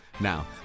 Now